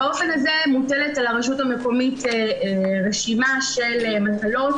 באופן הזה מוטלת על הרשות המקומית רשימה של מטלות,